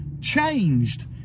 changed